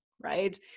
right